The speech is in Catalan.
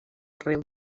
arreu